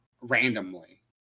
randomly